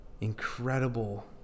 incredible